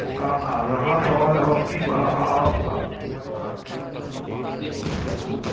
رہا سوال اب اب کی آپ کا موبائلس آ گئے لیپ ٹاپ آ گئے انٹرنیٹ آ گئے